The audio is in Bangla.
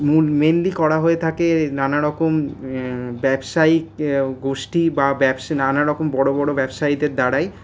মেইনলি করা হয়ে থাকে নানারকম ব্যবসায়িক গোষ্ঠী বা ব্যবসা নানারকম বড়ো বড়ো ব্যবসায়ীদের দ্বারাই